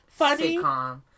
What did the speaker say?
sitcom